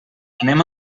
anem